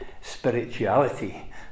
spirituality